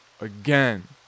again